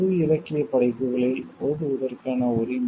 பொது இலக்கியப் படைப்புகளில் ஓதுவதற்கான உரிமை